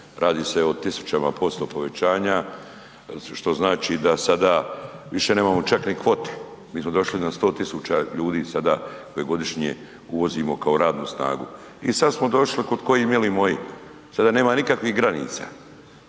radi se o tisućama posto povećanja, što znači da sada više nemamo čak ni kvote, mi smo došli na 100 000 ljudi sada koje godišnje uvozimo kao radnu snagu. I sad smo došli kud koji mili moji, sada nema nikakvih granica,